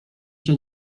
się